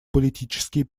политические